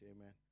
amen